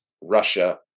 Russia